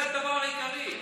זה הדבר העיקרי,